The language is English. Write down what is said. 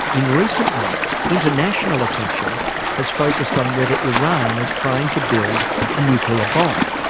in recent months international attention has focused on whether iran is trying to build a nuclear bomb.